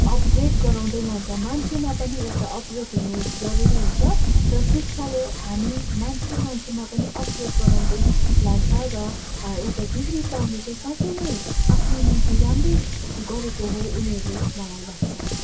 upgrade गराउँदै लान्छ मान्छेमा पनि एउटा अपग्रेड हुनु जरुरी हुन्छ र शिक्षाले हामी मान्छे मान्छेमा पनि अपग्रेड गराउँदै लान्छ र एउटा डिग्री पाउनु चाहिँ साँच्चै नै आफ्नो निम्ति राम्रै गरेको हो उनीहरूले मलाई लाग्छ